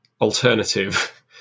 alternative